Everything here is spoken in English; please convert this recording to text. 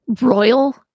royal